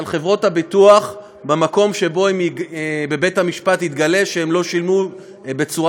על חברות הביטוח במקום שבו בבית-המשפט יתגלה שהן לא שילמו בצורה,